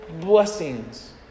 blessings